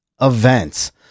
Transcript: events